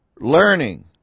learning